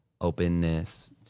openness